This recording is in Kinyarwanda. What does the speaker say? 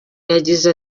yagize